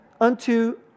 unto